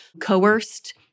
coerced